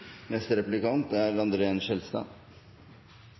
Neste replikant er